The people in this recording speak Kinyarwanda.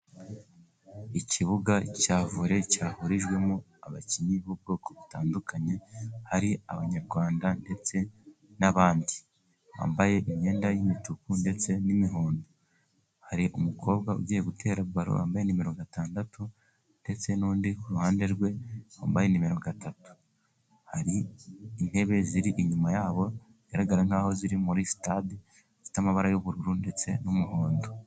Ikibuga cya vore cyahurijwemo abakinnyi b'ubwoko butandukanye. Hari Abanyarwanda ndetse n'abandi bambaye imyenda y'imituku, ndetse n'imihondo. Hari umukobwa ugiye gutera baro wambaye nimero gatandatu, ndetse n'undi ku ruhande rwe wambaye nimero itatu. Hari intebe ziri inyuma yabo, bigaragara nk'aho ziri muri sitade zifite amabara y'ubururu ndetse n'umuhondo.